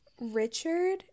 richard